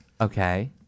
Okay